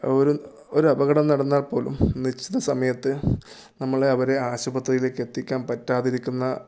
ഒരു ഒരപകടം നടന്നാൽ പോലും നിശ്ചിത സമയത്ത് നമ്മൾ അവരെ ആശുപത്രിയിലേക്കെത്തിക്കാൻ പറ്റാതിരിക്കുന്ന